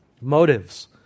Motives